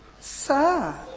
Sir